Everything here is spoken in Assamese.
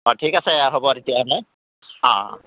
অঁ ঠিক আছে হ'ব তেতিয়াহ'লে অঁ অঁ